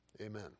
Amen